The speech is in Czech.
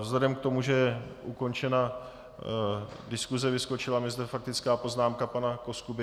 Vzhledem k tomu, že je ukončena diskuse, vyskočila mi zde faktická poznámka pana Koskuby.